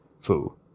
fu